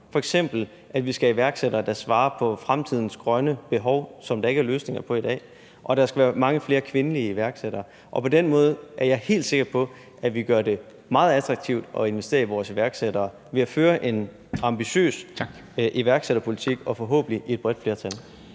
f. eks. at vi skal have iværksættere, der svarer på fremtidens grønne behov, som der ikke er løsninger på i dag, og der skal være mange flere kvindelige iværksættere. På den måde er jeg helt sikker på, at vi gør det meget attraktivt at investere i vores iværksættere, det er ved at føre en ambitiøs iværksætterpolitik og forhåbentlig med et bredt flertal.